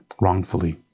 wrongfully